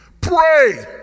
pray